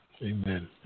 Amen